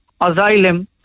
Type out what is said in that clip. asylum